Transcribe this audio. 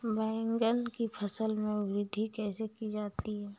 बैंगन की फसल में वृद्धि कैसे की जाती है?